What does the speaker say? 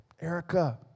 Erica